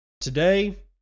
Today